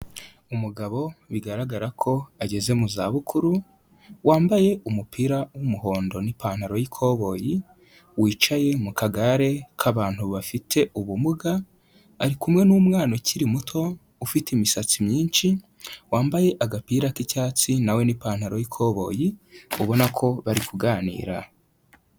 Umugabo bigaragara ko ageze mu zabukuru, wambaye umupira w'umuhondo n'ipantaro y'ikoboyi, wicaye mu kagare k'abantu bafite ubumuga, ari kumwe n'umwana ukiri muto ufite imisatsi myinshi, wambaye agapira k'icyatsi na we n'ipantaro y'ikoboyi, ubona ko bari kuganira.